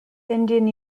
indian